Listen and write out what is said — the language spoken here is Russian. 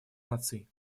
наций